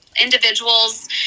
individuals